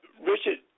Richard